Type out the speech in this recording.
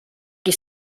qui